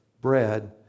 Bread